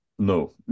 No